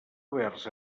oberts